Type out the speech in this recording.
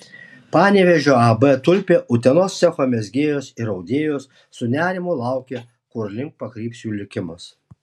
panevėžio ab tulpė utenos cecho mezgėjos ir audėjos su nerimu laukė kurlink pakryps jų likimas